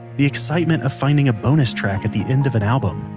the excitement of finding a bonus track at the end of an album.